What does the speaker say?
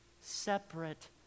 separate